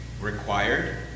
required